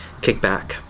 kickback